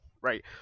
right